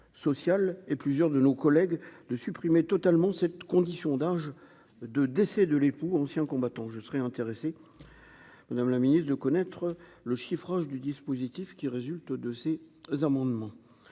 et plusieurs de nos collègues de supprimer totalement cette condition d'âge de décès de l'époux ancien je serais intéressé Madame la Ministre, de connaître le chiffrage du dispositif qui résulte de ces amendements,